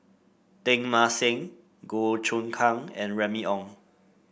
Teng Mah Seng Goh Choon Kang and Remy Ong